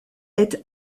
est